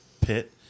pit